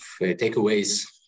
takeaways